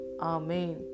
Amen